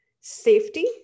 safety